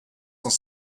cent